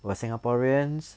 for singaporeans